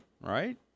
right